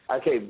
Okay